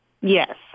Yes